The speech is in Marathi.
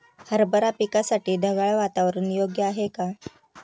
हरभरा पिकासाठी ढगाळ वातावरण योग्य आहे का?